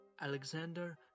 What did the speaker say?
Alexander